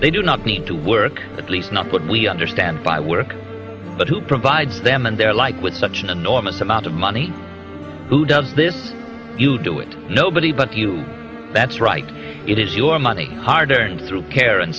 they do not need to work at least not put we understand by work but who provides them and their like with such an enormous amount of money who does this you do it nobody but you that's right it is your money hard earned through care